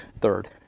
third